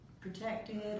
protected